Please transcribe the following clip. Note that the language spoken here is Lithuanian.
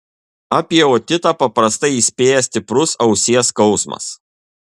apie otitą paprastai įspėja stiprus ausies skausmas